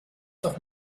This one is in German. doch